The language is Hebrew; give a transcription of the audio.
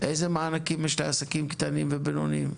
איזה מענקים יש לעסקים קטנים ובינוניים?